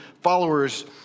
followers